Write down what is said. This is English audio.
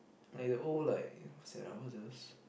like the old like what's that ah what's those